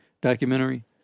documentary